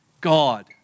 God